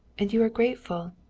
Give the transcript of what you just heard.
and you are grateful.